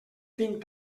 think